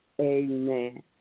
amen